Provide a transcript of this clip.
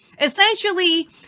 essentially